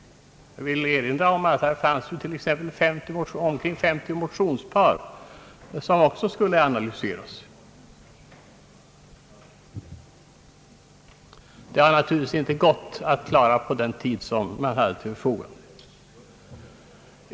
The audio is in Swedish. Jag vill erinra om att det fanns omkring 50 motionspar som också skulle analyseras. Det har naturligtvis inte gått att klara allt detta på den tid som stått till förfogande.